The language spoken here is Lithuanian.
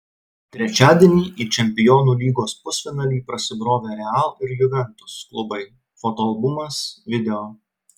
trečiadienį į čempionų lygos pusfinalį prasibrovė real ir juventus klubai fotoalbumas video